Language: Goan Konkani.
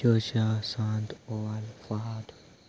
जोशा सांत ओल फहद